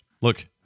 look